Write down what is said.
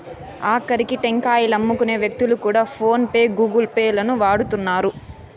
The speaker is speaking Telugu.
ఆకరికి టెంకాయలమ్ముకునే వ్యక్తులు కూడా ఫోన్ పే గూగుల్ పే లను వాడుతున్నారు